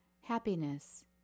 Happiness